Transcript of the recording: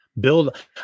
build